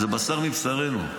זה בשר מבשרנו,